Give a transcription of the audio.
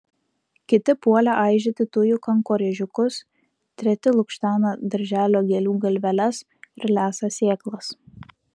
kiti puolė aižyti tujų kankorėžiukus treti lukštena darželio gėlių galveles ir lesa sėklas